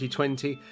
2020